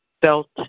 felt